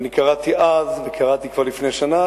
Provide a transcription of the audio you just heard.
ואני קראתי אז וקראתי כבר לפני שנה.